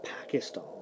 Pakistan